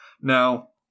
Now